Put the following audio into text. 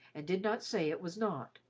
and did not say it was not.